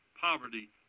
poverty